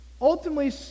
ultimately